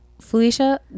Felicia